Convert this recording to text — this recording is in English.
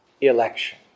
election